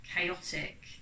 chaotic